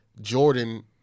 Jordan